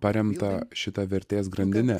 paremtą šita vertės grandine